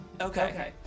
Okay